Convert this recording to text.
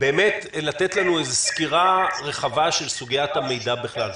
לתת לנו סקירה רחבה של סוגיית המידע בכלל.